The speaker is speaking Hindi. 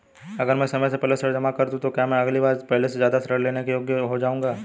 अगर मैं समय से पहले ऋण जमा कर दूं तो क्या मैं अगली बार पहले से ज़्यादा ऋण लेने के योग्य हो जाऊँगा?